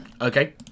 Okay